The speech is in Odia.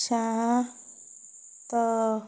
ସାତ